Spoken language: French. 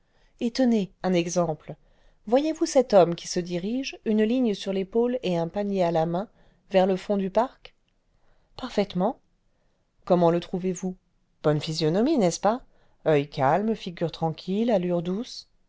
et tenez un exemple voyez-vous cet homme qui se dirige une ligne sur l'épaule et un panier à la main vers le fond du parc parfaitement comment le trouvez-vous bonne physionomie n'est-ce pas oeil câline figure tranquille allures douces